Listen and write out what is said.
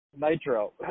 Nitro